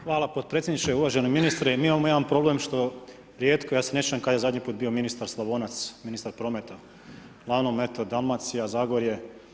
Hvala podpredsjedniče, uvaženi ministre, mi imamo jedan problem što rijetko ja se ne sjećam kad je zadnji put bio ministar Slavonac, ministar prometa, uglavnom eto Dalmacija, Zagorje.